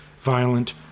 violent